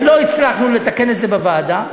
ולא הצלחנו לתקן את זה בוועדה.